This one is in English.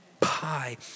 pie